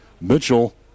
Mitchell